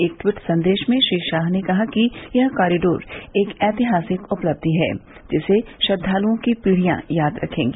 एक ट्वीट संदेश में श्री शाह ने कहा कि यह कॉरीडोर एक ऐतिहासिक उपलब्धि है जिसे श्रद्वालुओं की पीढियां याद रखेंगी